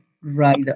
right